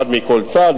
אחד מכל צד,